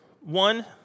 one